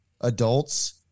adults